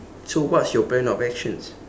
so what's your plan of actions